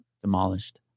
demolished